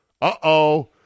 uh-oh